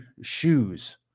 shoes